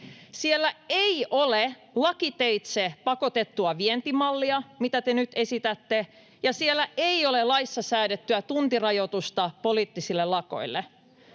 Siellä ei ole lakiteitse pakotettua "vientimallia", mitä te nyt esitätte, ja siellä ei ole laissa säädettyä tuntirajoitusta poliittisille lakoille.